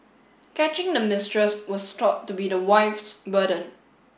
catching the mistress was thought to be the wife's burden